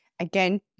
again